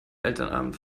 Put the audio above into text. elternabend